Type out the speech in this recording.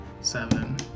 seven